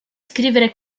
scrivere